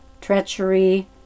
treachery